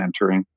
mentoring